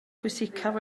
pwysicaf